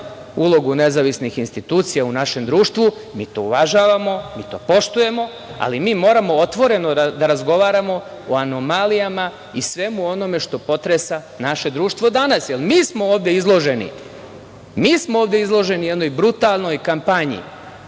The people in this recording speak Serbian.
ulogu nezavisnih institucija u našem društvu, mi to uvažavamo i mi to poštujemo, ali moramo otvoreno da razgovaramo o anomalijama i svemu onome što potresa naše društvo danas, jer mi smo ovde izloženi jednoj brutalnoj kampanji